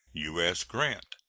u s. grant.